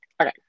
Okay